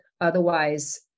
Otherwise